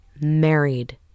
Married